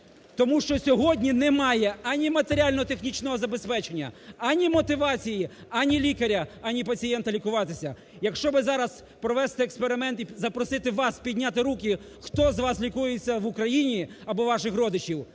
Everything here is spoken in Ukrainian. тому що сьогодні немає ані матеріально-технічного забезпечення, ані мотивації, ані лікаря, ані пацієнта лікуватися. Якщо би зараз провести експеримент і запросити вас підняти руки, хто з вас лікується в Україні або ваших родичів,